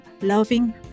loving